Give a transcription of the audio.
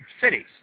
cities